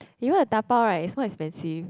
you want to dabao right it's so expensive